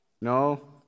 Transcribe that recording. no